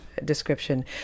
description